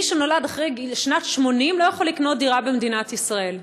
מי שנולד אחרי שנת 1980 לא יכול לקנות דירה במדינת ישראל.